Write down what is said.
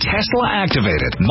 Tesla-activated